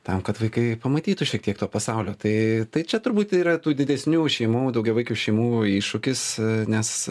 tam kad vaikai pamatytų šiek tiek to pasaulio tai tai čia turbūt yra tų didesnių šeimų daugiavaikių šeimų iššūkis nes